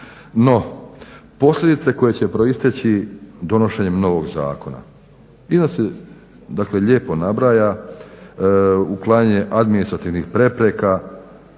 No, posljedice koje će proisteći donošenjem novog zakona. I onda se dakle lijepo nabraja uklanjanje administrativnih prepreka